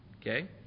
Okay